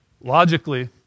logically